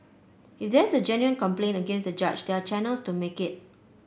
if there is a genuine complaint against the judge there are channels to make it